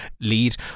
Lead